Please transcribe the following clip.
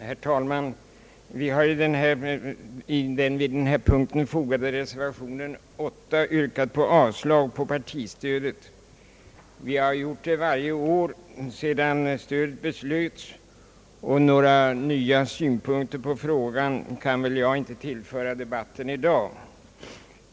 Herr talman! Vi har i den till denna punkt fogade reservationen yrkat avslag på partistödet. Vi har gjort det varje år sedan stödet beslöts, och några nya synpunkter på frågan kan jag inte tillföra debatten i dag.